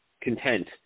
content